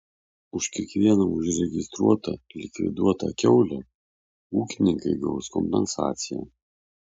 už kiekvieną užregistruotą likviduotą kiaulę ūkininkai gaus kompensaciją